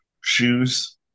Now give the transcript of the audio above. shoes